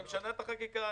אני משנה את החקיקה,